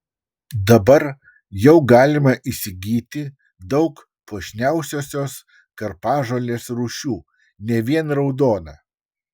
dabar jau galima įsigyti daug puošniausiosios karpažolės rūšių ne vien raudoną